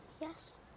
Yes